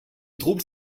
troubles